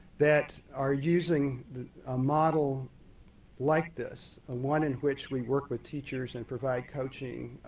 that are using a model like this. ah one in which we work with teachers and provide coaching